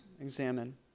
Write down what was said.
examine